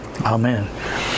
Amen